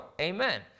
amen